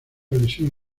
lesión